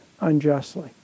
unjustly